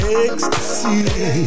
ecstasy